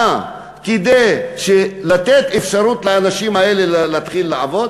כדי לתת אפשרות לאנשים האלה להתחיל לעבוד,